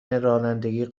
رانندگی